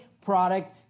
product